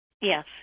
Yes